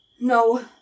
No